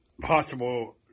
possible